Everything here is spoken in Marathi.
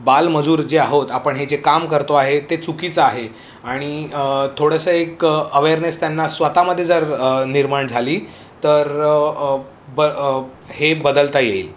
बालमजूर जे आहोत आपण हे जे काम करतो आहे ते चुकीचं आहे आणि थोडंसं एक अवेअरनेस त्यांना स्वतामदे जर निर्माण झाली तर ब हे बदलता येईल